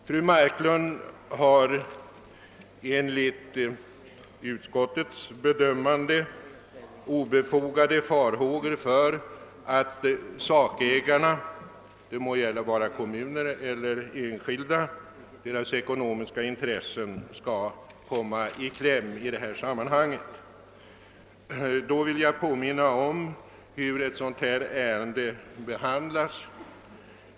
Fru Marklund hyser enligt utskottets bedömande obefogade farhågor för att sakägarnas — det må gälla kommuner eller enskilda — ekonomiska intressen skall komma i kläm i det här sammanhanget. Jag vill då påminna om hur ett ärende av denna art behandlas.